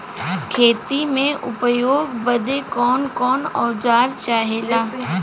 खेती में उपयोग बदे कौन कौन औजार चाहेला?